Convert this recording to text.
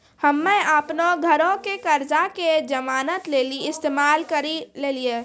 हम्मे अपनो घरो के कर्जा के जमानत लेली इस्तेमाल करि लेलियै